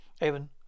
Evan